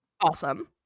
awesome